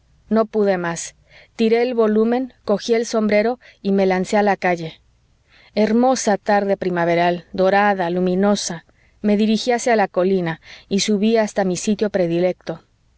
no pude más tiré el volumen cogí el sombrero y me lancé a la calle hermosa tarde primaveral dorada luminosa me dirigí hacia la colina y subí hasta mi sitio predilecto